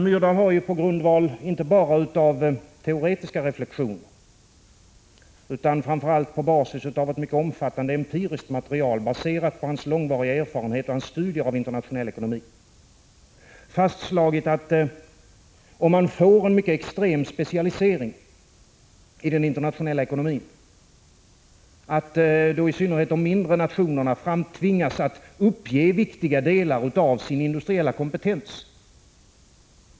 Myrdal har på grundval av inte bara teoretiska reflexioner utan framför allt på basis av ett mycket omfattande empiriskt material, baserat på hans långvariga erfarenhet och hans studier av internationell ekonomi, fastslagit att om man får en extrem specialisering i den internationella ekonomin tvingas i synnerhet de mindre nationerna att uppge viktiga delar av sin industriella kompetens.